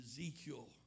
Ezekiel